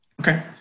Okay